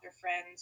friends